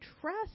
trust